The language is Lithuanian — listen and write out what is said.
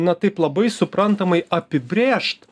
na taip labai suprantamai apibrėžt